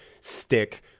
stick